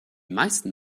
meisten